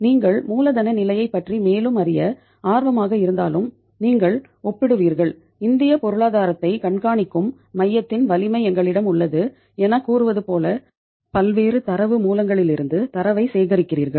நீங்கள் மூலதன நிலையைப் பற்றி மேலும் அறிய ஆர்வமாக இருந்தாலும் நீங்கள் ஒப்பிடுவீர்கள் இந்திய பொருளாதாரத்தை கண்காணிக்கும் மையத்தின் வலிமை எங்களிடம் உள்ளது எனக் கூறுவது போல பல்வேறு தரவு மூலங்களிலிருந்து தரவைச் சேகரிக்கிறீர்கள்